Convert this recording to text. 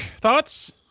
thoughts